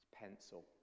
pencil